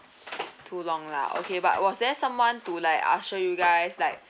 too long lah okay but was there someone to like usher you guys like